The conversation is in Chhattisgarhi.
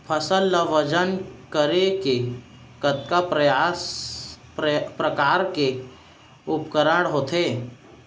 फसल ला वजन करे के कतका प्रकार के उपकरण होथे?